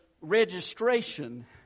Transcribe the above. registration